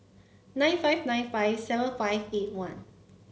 nine five nine five seven five eight one